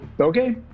okay